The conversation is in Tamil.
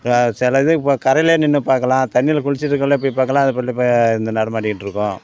க சில இது இப்போ கரையிலே நின்று பார்க்கலாம் தண்ணியில் குளிச்சுட்ருக்கையில போய் பார்க்கலாம் அது வந்து பா இந்த நடமாடிக்கிட்டிருக்கும்